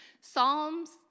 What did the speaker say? Psalms